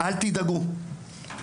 אל תדאגו,